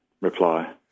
reply